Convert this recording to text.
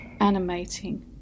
animating